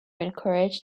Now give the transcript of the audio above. encourage